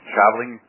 Traveling